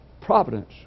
providence